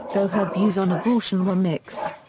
though her views on abortion were mixed.